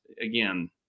again